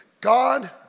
God